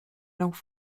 langue